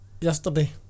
Yesterday